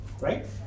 right